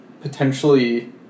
potentially